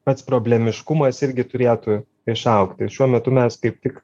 pats problemiškumas irgi turėtų išaugt ir šiuo metu mes kaip tik